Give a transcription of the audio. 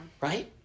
Right